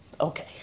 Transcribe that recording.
Okay